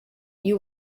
you